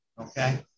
Okay